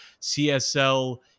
CSL